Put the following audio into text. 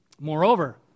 Moreover